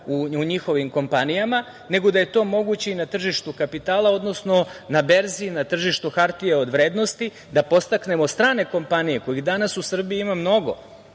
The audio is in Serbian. u njihovim kompanijama, nego da je to moguće i na tržištu kapitala, odnosno na berzi, na tržištu hartija od vrednosti, da podstaknemo strane kompanije kojih danas u Srbiji ima